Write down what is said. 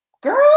Girl